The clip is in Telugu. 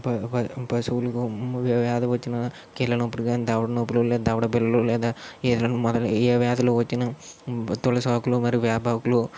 ప ప పశువులకు వ్యాధి వచ్చినా కీళ్ళ నొప్పులు కాని దవడ నొప్పులు లేదా దవడ బిళ్ళలు లేదా ఏ వ్యాధులు వచ్చిన తులసాకులు మరియు వేపాకులు